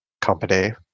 company